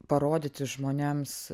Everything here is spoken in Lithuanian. parodyti žmonėms